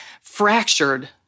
fractured